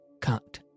cut